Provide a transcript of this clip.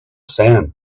sand